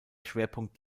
schwerpunkt